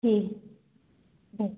जी हूं